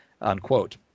Unquote